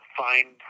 find